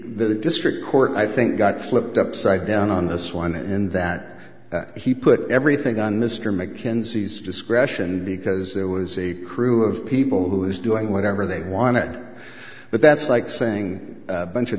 the district court i think got flipped upside down on this one and that he put everything on mr mckenzie's discretion because there was a crew of people who was doing whatever they wanted but that's like saying bunch of